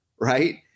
right